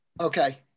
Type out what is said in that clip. Okay